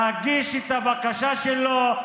להגיש את הבקשה שלו.